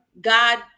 God